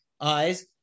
eyes